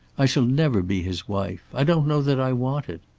i shall never be his wife. i don't know that i want it.